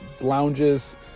lounges